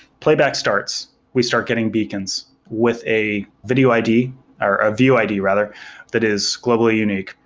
playback starts, we start getting beacons with a video id or a view id rather that is globally unique.